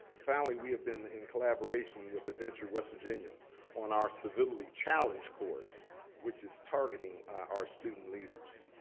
finally, we have been in collaboration with adventure west virginia on our civility challenge course which is targeting our student leaders.